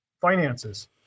finances